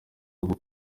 ubu